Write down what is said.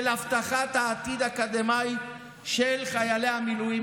של הבטחת העתיד האקדמאי של חיילי המילואים.